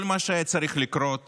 כל מה שצריך היה לקרות